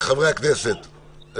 חברי הכנסת,